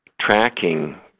tracking